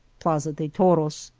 plaza de toros,